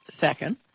second